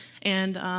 and,